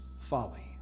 folly